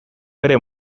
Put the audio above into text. bere